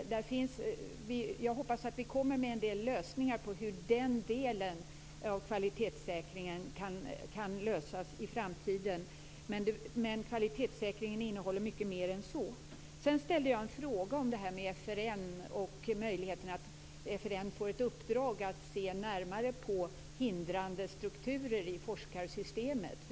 Jag hoppas att vi kommer att få fram en del lösningar för den delen av kvalitetssäkringen i framtiden. Men kvalitetssäkringen innehåller mycket mer än så. Jag ställde också en fråga om FRN och möjligheten att FRN får i uppdrag att se närmare på hindrande strukturer i forskarsystemet.